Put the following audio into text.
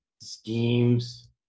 schemes